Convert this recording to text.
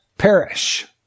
perish